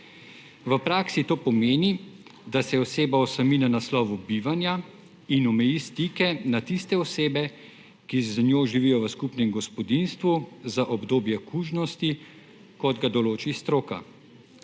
V praksi to pomeni, da se oseba osami na naslovu bivanja in omeji stike na tiste osebe, ki z njo živijo v skupnem gospodinjstvu za obdobje kužnosti, kot ga določi stroka.